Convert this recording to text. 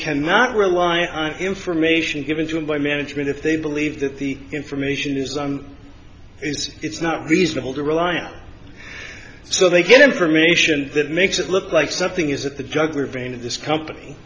cannot rely on information given to him by management if they believe that the information is and is it's not reasonable to rely on so they get information that makes it look like something is at the drug or vein of this company